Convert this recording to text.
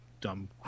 dumb